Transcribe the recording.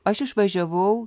aš išvažiavau